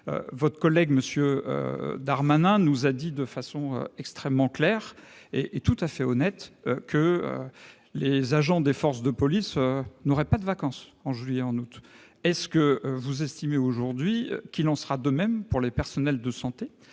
Votre collègue, M. Darmanin, nous a dit de façon extrêmement claire et tout à fait honnête que les agents des forces de police n'auraient pas de vacances en juillet et en août 2024. Estimez-vous qu'il en sera de même pour les personnels de santé ?